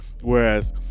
Whereas